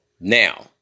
Now